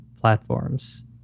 platforms